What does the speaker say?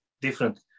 different